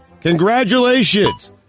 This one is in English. Congratulations